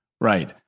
Right